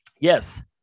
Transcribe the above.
yes